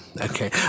Okay